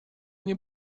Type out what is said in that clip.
nie